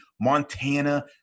Montana